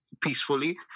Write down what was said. peacefully